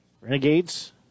Renegades